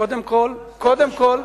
לא קשור.